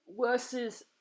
versus